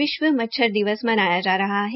आज विश्व मच्छर दिवस मनाया जा रहा है